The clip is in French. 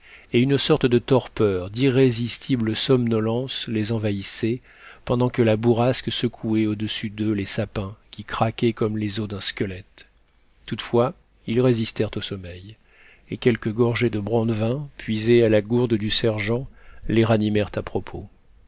et une sorte de torpeur d'irrésistible somnolence les envahissait pendant que la bourrasque secouait au-dessus d'eux les sapins qui craquaient comme les os d'un squelette toutefois ils résistèrent au sommeil et quelques gorgées de brandevin puisées à la gourde du sergent les ranimèrent à propos